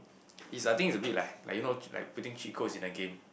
it's like I think it's a bit like like you know putting cheat codes in the game